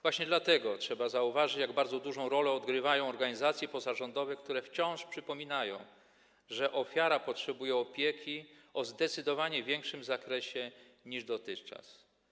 Właśnie dlatego trzeba zauważyć, jak dużą rolę odgrywają organizacje pozarządowe, które wciąż przypominają, że ofiara potrzebuje opieki w zdecydowanie większym zakresie niż dotychczas.